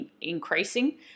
increasing